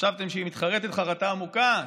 חשבתם שהיא מתחרטת חרטה עמוקה?